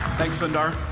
thanks, sundar.